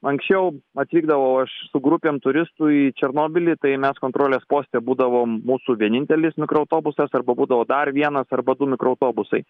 anksčiau atvykdavau aš su grupėm turistų į černobylį tai mes kontrolės poste būdavom mūsų vienintelis mikroautobusas arba būdavo dar vienas arba du mikroautobusai